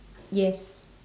yes